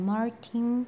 Martin